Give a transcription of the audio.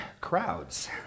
crowds